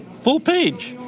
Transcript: full-page.